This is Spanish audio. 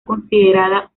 considerada